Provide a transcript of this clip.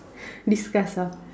discuss ah